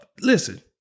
listen